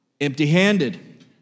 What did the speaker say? Empty-handed